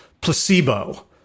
placebo